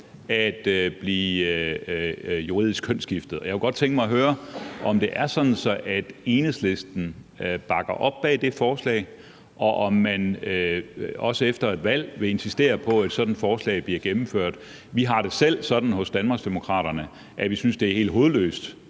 at blive juridisk kønsskiftet. Jeg kunne godt tænke mig at høre, om det er sådan, at Enhedslisten bakker op om det forslag, og om man også efter et valg vil insistere på, at et sådant forslag bliver gennemført. Vi har det selv sådan hos Danmarksdemokraterne, at vi synes, det er helt hovedløst